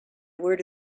word